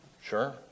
Sure